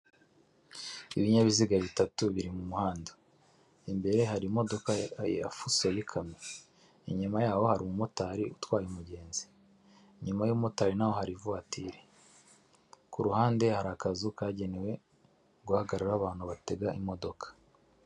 Ibinyabiziga bitatu biri mu muhanda imbere hari imodoka ya fuso y'ikamyo, inyuma yaho hari umumotari utwaye umugenzi, inyuma y'umumotari naho hari ivatire, ku ruhande hari akazu kagenewe guhagaraho abantu batega imodoka.